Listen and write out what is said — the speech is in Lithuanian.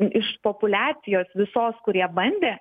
iš populiacijos visos kurie bandė